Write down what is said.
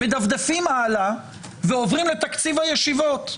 מדפדפים הלאה ועוברים לתקציב הישיבות.